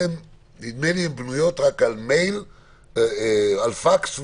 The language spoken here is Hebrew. בנויה רק על פקס ומייל.